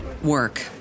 work